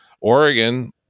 Oregon